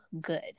good